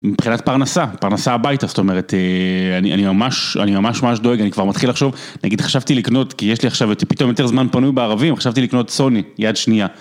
מבחינת פרנסה, פרנסה הביתה, זאת אומרת, אני ממש ממש דואג, אני כבר מתחיל לחשוב, נגיד חשבתי לקנות, כי יש לי עכשיו פתאום יותר זמן פנוי בערבים, חשבתי לקנות סוני, יד שנייה.